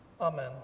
Amen